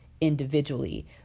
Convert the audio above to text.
individually